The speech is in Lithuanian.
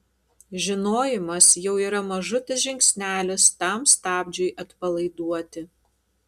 žinojimas jau yra mažutis žingsnelis tam stabdžiui atpalaiduoti